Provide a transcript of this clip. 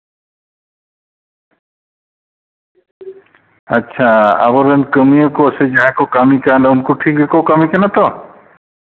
ᱟᱪᱪᱷᱟ ᱟᱵᱚᱨᱮᱱ ᱠᱟᱹᱢᱭᱟᱹ ᱠᱚ ᱥᱮ ᱡᱟᱦᱟᱸᱭ ᱠᱚ ᱠᱟᱹᱢᱤ ᱠᱟᱱ ᱫᱚ ᱩᱱᱠᱩ ᱴᱷᱤᱠ ᱜᱮᱠᱚ ᱠᱟᱹᱢᱤ ᱠᱟᱱᱟ ᱛᱚ